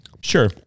Sure